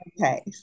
Okay